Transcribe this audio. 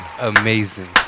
Amazing